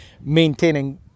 maintaining